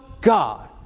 God